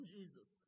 Jesus